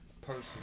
person